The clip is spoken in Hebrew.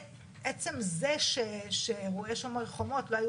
עצם זה שאירועי "שומר חומות" לא היו